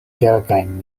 kelkajn